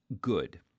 good